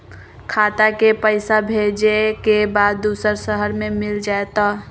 खाता के पईसा भेजेए के बा दुसर शहर में मिल जाए त?